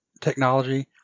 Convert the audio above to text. technology